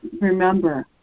remember